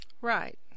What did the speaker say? Right